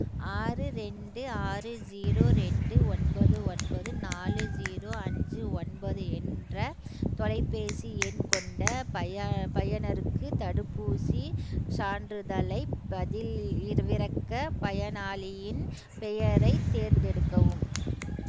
ஆறு ரெண்டு ஆறு ஜீரோ ரெண்டு ஒன்பது ஒன்பது நாலு ஜீரோ அஞ்சு ஒன்பது என்ற தொலைபேசி எண் கொண்ட பயனருக்கு தடுப்பூசி சான்றிதழைப் பதிவிறக்க பயனாளியின் பெயரைத் தேர்ந்தெடுக்கவும்